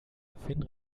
finn